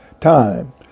time